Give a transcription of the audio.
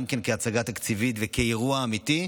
גם כהצגה תקציבית וכאירוע אמיתי,